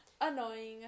annoying